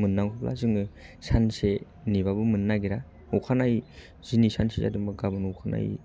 मोननांगौब्ला जोङो साननै सानसे नेबाबो मोननो नागेरा अखा नायै दिनै सानसे जादोंबा गाबोन अखा नायै